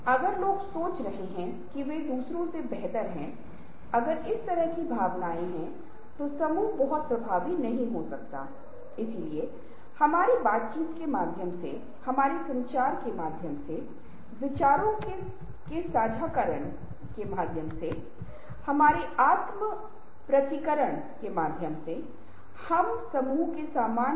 बेशक शुरुआत में हमने कुछ संकेत दिए हैं कि कैसे समय प्रबंधन का मूल्यांकन किया जा सकता है लेकिन मैकान द्वारा एक लोकप्रिय पैमाना है और जिसमें तीन घटक शामिल हैं